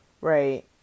right